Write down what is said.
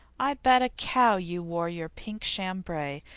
i bet a cow you wore your pink chambray,